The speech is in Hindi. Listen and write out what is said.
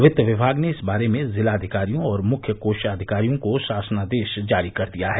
वित्त विमाग ने इस बारे में जिलाधिकारियों और मुख्य कोषाधिकारियों को शासनादेश जारी कर दिया है